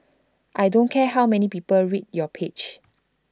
I don't care how many people read your page